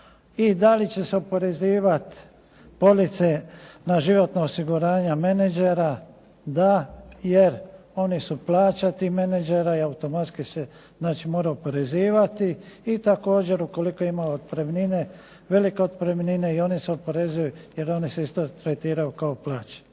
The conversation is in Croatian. I da li će se oporezivati police na životna osiguranja menadžera? Da, jer oni su plaćeni i ti menadžeri i automatski se mora oporezivati. I također ukoliko ima otpremnine, velike otpremnine i one se oporezuju, jer one se isto tretiraju kao plaće.